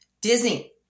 Disney